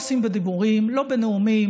שואלים אותם לדוגמה מה דעתם על נתניהו,